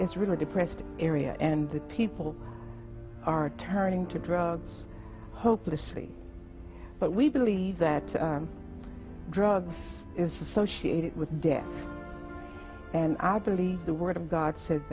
is really depressed area and that people are turning to drugs hopelessly but we believe that drugs is associated with death and i believe the word of god says